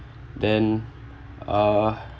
then uh